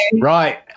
Right